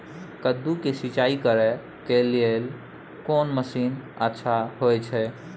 कद्दू के सिंचाई करे के लेल कोन मसीन अच्छा होय छै?